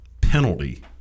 penalty